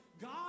God